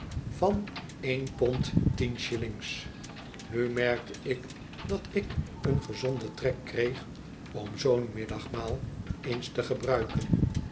van een pond tien shillings nu merkte ik dat ik een gezonden trek kreeg om zoo'n middagmaal eens te gebruiken